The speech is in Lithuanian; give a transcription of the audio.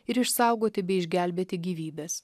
ir išsaugoti bei išgelbėti gyvybes